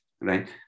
right